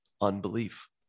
Unbelief